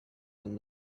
and